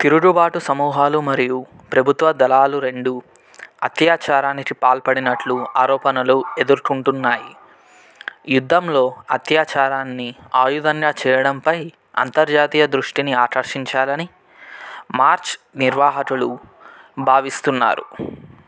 తిరుగుబాటు సమూహాలు మరియు ప్రభుత్వ దళాలు రెండూ అత్యాచారానికి పాల్పడినట్లు ఆరోపణలు ఎదుర్కొంటున్నాయి యుద్ధంలో అత్యాచారాన్ని ఆయుధంగా చేయడంపై అంతర్జాతీయ దృష్టిని ఆకర్షించాలని మార్చ్ నిర్వాహకులు భావిస్తున్నారు